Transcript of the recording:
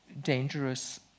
dangerous